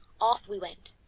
off we went,